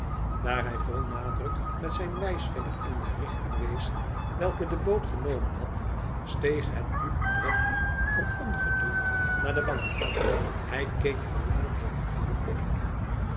hij vol nadruk met zijn wijsvinger in de richting wees welke de boot genomen had steeg het bloed bradley van ongeduld naar de wangen hij keek verlangend de rivier op